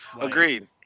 Agreed